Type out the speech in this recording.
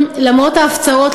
למרות ההפצרות,